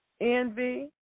Envy